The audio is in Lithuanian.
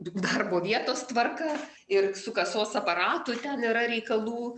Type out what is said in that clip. darbo vietos tvarka ir su kasos aparatu ten yra reikalų